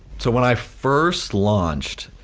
so when i first launched,